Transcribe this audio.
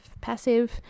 passive